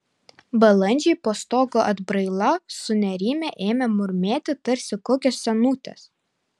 balandžiai po stogo atbraila sunerimę ėmė murmėti tarsi kokios senutės